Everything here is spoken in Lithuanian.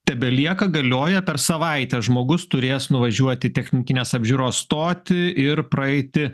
tebelieka galioja per savaitę žmogus turės nuvažiuot į technikinės apžiūros stotį ir praeiti